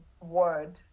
word